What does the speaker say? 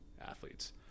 athletes